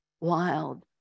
wild